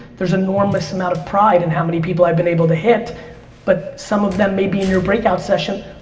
there's enormous amount of pride in how many people i've been able to hit but some of them maybe in your breakout session.